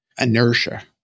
inertia